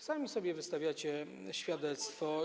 Sami sobie wystawiacie świadectwo.